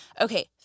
Okay